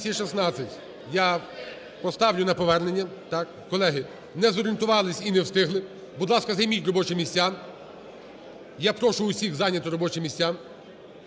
Я поставлю на повернення, так. Колеги, не зорієнтувались і не встигли. Будь ласка, займіть робочі місця. Я прошу усіх зайняти робочі місця.